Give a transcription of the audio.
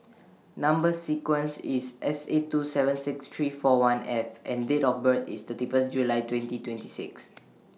Number sequence IS S eight two seven six three four one F and Date of birth IS thirty one July twenty twenty six